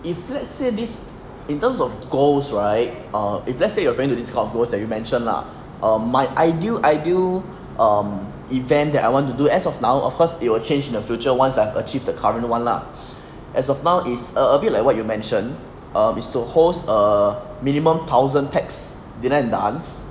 if let's say this in terms of goals right ah if let's say you are referring to these kind of goals that you mention lah um my ideal ideal um event that I want to do as of now of course it will change in the future ones I've achieved the current one lah as of now is a a bit like what you mention um it's to host a minimum thousand pax dinner and dance